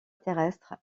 terrestres